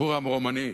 סיפור-עם רומני,